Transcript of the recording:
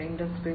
industry 4